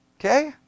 Okay